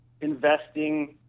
investing